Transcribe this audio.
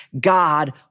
God